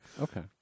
okay